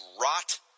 rot